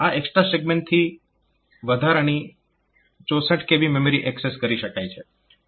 આ એક્સ્ટ્રા સેગમેન્ટથી વધારાની 64 kB મેમરી એક્સેસ કરી શકાય છે